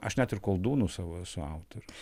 aš net ir koldūnų savo esu autorius